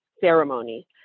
ceremony